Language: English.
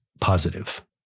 positive